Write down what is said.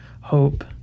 hope